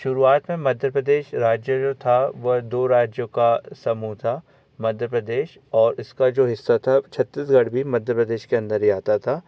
शुरुआत में मध्य प्रदेश राज्य जो था वह दो राज्यों का समूह था मध्य प्रदेश और इसका जो हिस्सा था वह छत्तीसगढ़ भी मध्य प्रदेश के अंदर ही आता था